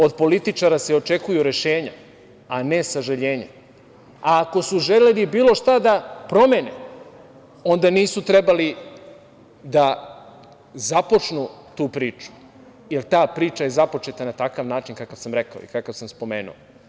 Od političara se očekuju rešenja, a ne sažaljenja, a ako su želeli bilo šta da promene onda nisu trebali da započnu tu priču, jer ta priča je započeta na takav način kako sam rekao i kako sam spomenuo.